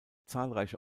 zahlreiche